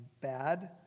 bad